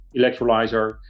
electrolyzer